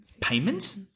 payment